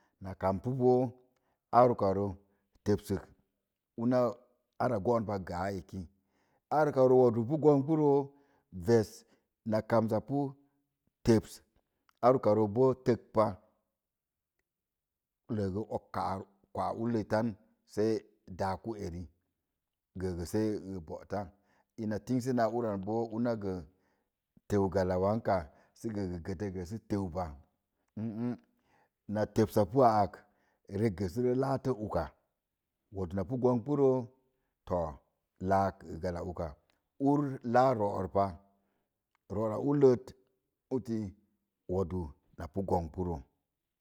Na kam pu ar uka rə təsək, una ana goonpak a eki ar uka rə oduu pu kambə rə ves na kamsa pu teps ar uka rə boo teks pa legə og káá kwalla ullel tan sei daa ku eri gəgə sei bóta na tingse na ur an bən teu galla wanka gə sə teu pa. Na teusa pu a ak rek ak latə uka wudúú na pu gumbə ko to laak uka, ur láá zoor pa zóór a ullet uti oduu na gombə ro.